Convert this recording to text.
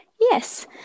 Yes